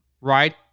right